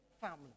family